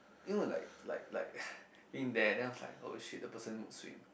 you know like like like been there then I was like !oh shit! the person mood swing